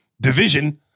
division